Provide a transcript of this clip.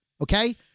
okay